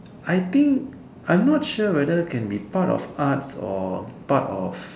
I think I'm not sure whether can be art of arts or part of